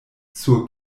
sur